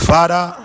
Father